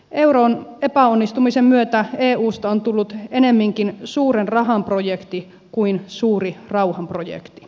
euron epäonnistumisen myötä eusta on tullut ennemminkin suuren rahan projekti kuin suuri rauhan projekti